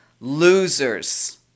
losers